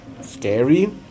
scary